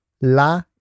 la